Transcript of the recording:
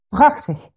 Prachtig